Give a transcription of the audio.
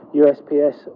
usps